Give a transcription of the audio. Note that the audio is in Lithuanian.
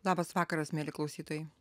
labas vakaras mieli klausytojai